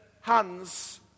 hands